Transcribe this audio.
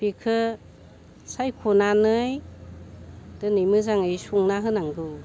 बेखौ सायख'नानै दिनै मोजाङै संना होनांगौ